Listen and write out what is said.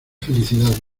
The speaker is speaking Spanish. felicidad